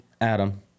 Adam